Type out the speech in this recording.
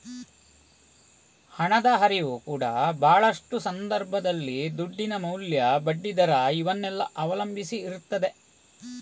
ಹಣದ ಹರಿವು ಕೂಡಾ ಭಾಳಷ್ಟು ಸಂದರ್ಭದಲ್ಲಿ ದುಡ್ಡಿನ ಮೌಲ್ಯ, ಬಡ್ಡಿ ದರ ಇವನ್ನೆಲ್ಲ ಅವಲಂಬಿಸಿ ಇರ್ತದೆ